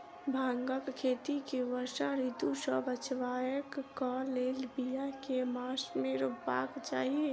भांगक खेती केँ वर्षा ऋतु सऽ बचेबाक कऽ लेल, बिया केँ मास मे रोपबाक चाहि?